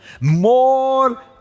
more